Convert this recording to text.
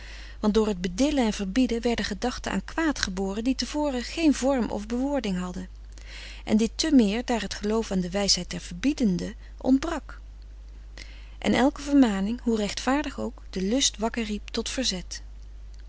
want door het bedillen en verbieden werden gedachten aan kwaad geboren die te voren geen vorm of bewoording hadden en dit te meer daar het geloof aan de wijsheid der verbiedende ontbrak en elke vermaning hoe rechtvaardig ook de lust wakker riep tot verzet